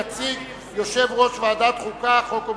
יציג יושב-ראש ועדת החוקה, חוק ומשפט.